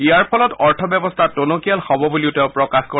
ইয়াৰ ফলত অৰ্থ ব্যৱস্থা টনকিয়াল হ'ব বুলিও তেওঁ প্ৰকাশ কৰে